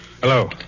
Hello